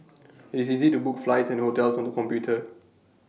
IT is easy to book flights and hotels on the computer